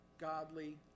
godly